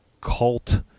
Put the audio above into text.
cult